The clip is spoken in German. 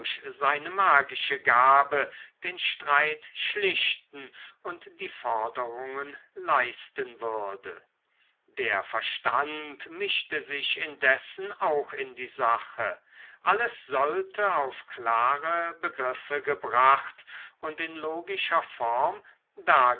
seine magische gabe den streit schlichten und die forderungen leisten würde der verstand mischte sich indessen auch in die sache alles sollte auf klare begriffe gebracht und in logischer form